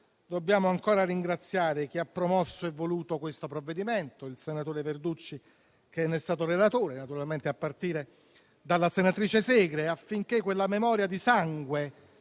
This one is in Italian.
dobbiamo ancora ringraziare chi ha promosso e voluto questo provvedimento - il senatore Verducci, che ne è stato relatore, e naturalmente la senatrice Segre - affinché quella memoria di sangue